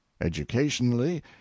educationally